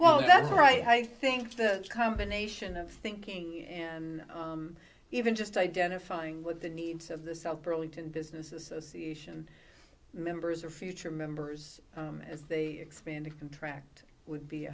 well that's right i think that combination of thinking and even just identifying with the needs of the south burlington business association members or future members as they expand a contract would be